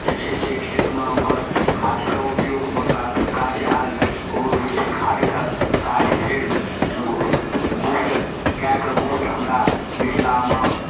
छै से खेतमे ओकर खादके उपयोगमे काज आएल ओ ओहिसँ खादके काज भेल गोँत गाइके गोँत हमरा मिथिलामे